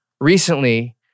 Recently